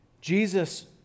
Jesus